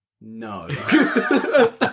No